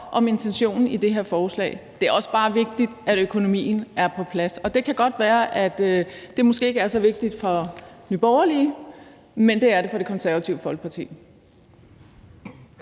om intentionen i det her forslag. Det er også bare vigtigt, at økonomien er på plads, og det kan godt være, at det måske ikke er så vigtigt for Nye Borgerlige, men det er det for Det Konservative Folkeparti.